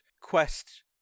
quest